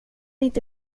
inte